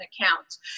accounts